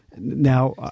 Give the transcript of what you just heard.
Now